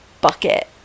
bucket